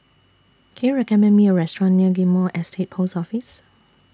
Can YOU recommend Me A Restaurant near Ghim Moh Estate Post Office